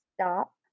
stop